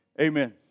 amen